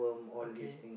okay